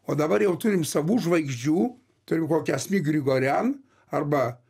o dabar jau turim savų žvaigždžių turim kokią asmik grigorian arba